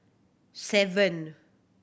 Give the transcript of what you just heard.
seven